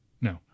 no